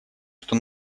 что